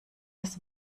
des